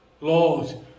Lord